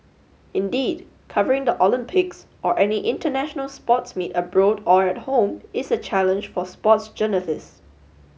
indeed covering the Olympics or any international sports meet abroad or at home is a challenge for sports journalists